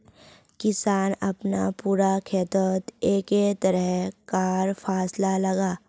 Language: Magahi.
किसान अपना पूरा खेतोत एके तरह कार फासला लगाः